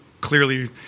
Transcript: clearly